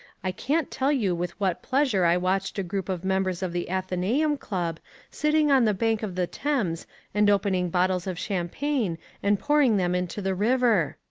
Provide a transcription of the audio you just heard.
i can't tell you with what pleasure i watched a group of members of the athenaeum club sitting on the bank of the thames and opening bottles of champagne and pouring them into the river.